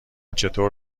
چطور